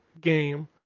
game